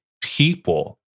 people